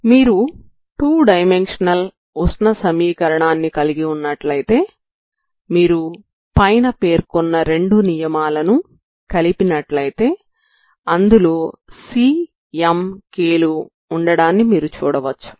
మీరు two dimensional ఉష్ణ సమీకరణాన్ని కలిగి ఉన్నట్లయితే మీరు పైన పేర్కొన్న రెండు నియమాలను కలిపినట్లయితే అందులో cm k లు ఉండడాన్ని మీరు చూడవచ్చు